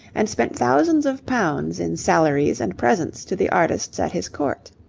and spent thousands of pounds in salaries and presents to the artists at his court.